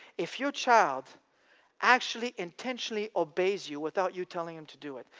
if your child actually intentionally obeys you without you telling them to do it,